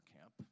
camp